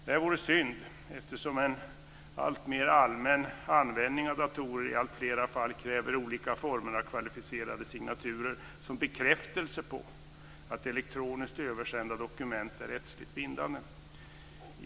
Detta vore synd eftersom en alltmer allmän användning av datorer i alltfler fall kräver olika former av kvalificerade signaturer som bekräftelse på att elektroniskt översända dokument är rättsligt bindande.